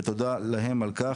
תודה לכם על כך,